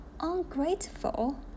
ungrateful